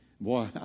Boy